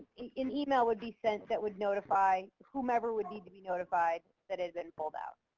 an email would be sent that would notify whomever would need to be notified that it has been pulled out.